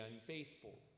unfaithful